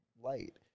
light